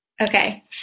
Okay